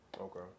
Okay